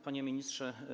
Panie Ministrze!